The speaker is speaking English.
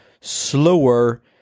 slower